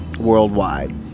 worldwide